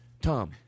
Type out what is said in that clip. Tom